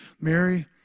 Mary